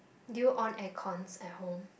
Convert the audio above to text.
do you on aircon at home